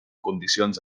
condicions